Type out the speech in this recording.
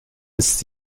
ist